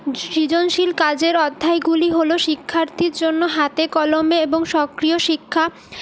সৃজনশীল কাজের অধ্যায়গুলি হল শিক্ষার্থীর জন্য হাতে কলমে এবং সক্রিয় শিক্ষা